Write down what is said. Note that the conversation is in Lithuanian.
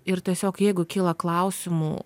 ir tiesiog jeigu kyla klausimų